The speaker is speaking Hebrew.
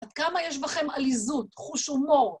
עד כמה יש בכם עליזות, חוש הומור?